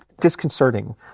disconcerting